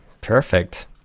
Perfect